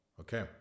Okay